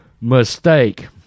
mistake